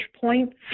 points